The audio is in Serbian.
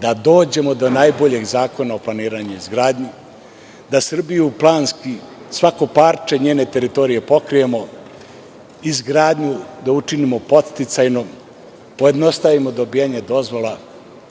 da dođemo do najboljeg Zakona o planiranje izgradnje, da Srbiju planski, svako parče njene teritorije pokrijemo, izgradnju da učinimo podsticajnom, pojednostavimo dobijanje dozvola